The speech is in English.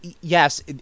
yes